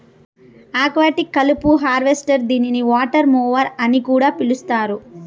aquatic కలుపు harvester దీనిని water mower అని కూడా పిలుస్తారు